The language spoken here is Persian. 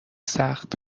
سخت